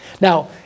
Now